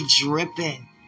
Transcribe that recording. dripping